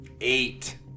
Eight